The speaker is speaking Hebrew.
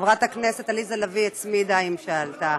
וחברת הכנסת עליזה לביא הצמידה כשעלתה.